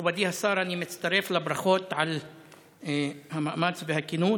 מכובדי השר, אני מצטרף לברכות על המאמץ והכנות.